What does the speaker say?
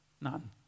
None